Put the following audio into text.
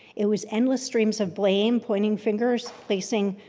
it was endless streams of blame, pointing fingers, placing